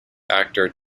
actor